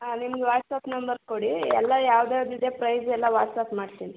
ಹಾಂ ನಿಮ್ಮದು WhatsApp number ಕೊಡಿ ಎಲ್ಲ ಯಾವ್ದು ಯಾವ್ದು ಇದೆ ಪ್ರೈಸೆಲ್ಲ ವಾಟ್ಸ್ಅಪ್ ಮಾಡ್ತೀನಿ